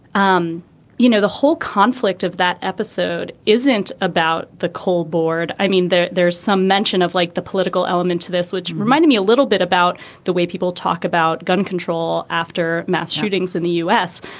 um you know, the whole conflict of that episode isn't about the coal board. i mean, there's there's some mention of like the political element to this, which reminds me a little bit about the way people talk about gun control after mass shootings in the u s.